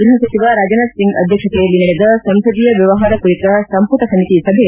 ಗ್ವಹ ಸಚಿವ ರಾಜ್ನಾಥ್ ಸಿಂಗ್ ಅಧ್ಯಕ್ಷತೆಯಲ್ಲಿ ನಡೆದ ಸಂಸದೀಯ ವ್ಯವಹಾರ ಕುರಿತ ಸಂಪುಟ ಸಮಿತಿ ಸಭೆ